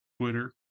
twitter